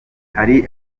hari